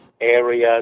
areas